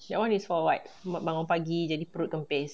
that [one] is for what buat bangun pagi jadi perut kempis